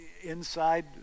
inside